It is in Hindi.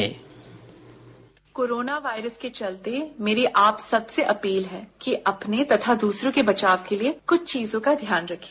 साउंड बाईट कोरोना वायरस के चलते मेरी आप सबसे अपील है कि अपने तथा दूसरों के बचाव के लिए कुछ चीजों का ध्यान रखें